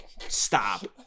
Stop